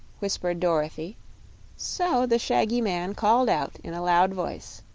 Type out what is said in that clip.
whispered dorothy so the shaggy man called out in a loud voice